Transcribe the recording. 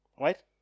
Right